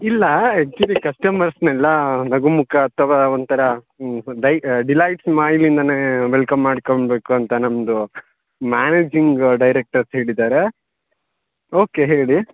ಇಲ್ಲ ಅಕ್ಚುಲಿ ಕಸ್ಟಮರ್ಸ್ನೆಲ್ಲ ನಗು ಮುಖ ಅಥವಾ ಒಂಥರ ದೈ ಡಿಲೈಟ್ಸ್ ಸ್ಮೈಲಿಂದನೇ ವೆಲ್ಕಮ್ ಮಾಡ್ಕೋಬೇಕು ಅಂತ ನಮ್ದು ಮ್ಯಾನೇಜಿಂಗ್ ಡೈರೆಕ್ಟರ್ಸ್ ಹೇಳಿದ್ದಾರೆ ಓಕೆ ಹೇಳಿ